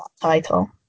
title